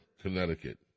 Connecticut